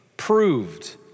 proved